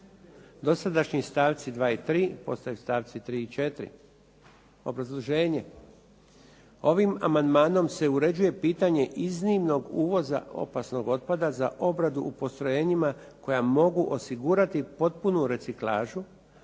dosadašnji stavci 2. i 3. postaju stavci 3. i 4.". Obrazloženje, ovim amandmanom se uređuje pitanje iznimnog uvoza opasnog otpada za obradu u postrojenjima koja mogu osigurati potpunu reciklažu